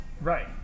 right